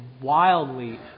wildly